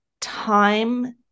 time